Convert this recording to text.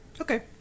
Okay